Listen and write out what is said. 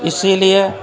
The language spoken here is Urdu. اسی لیے